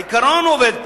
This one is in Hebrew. העיקרון עובד פה.